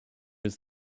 his